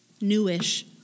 newish